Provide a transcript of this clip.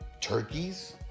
turkeys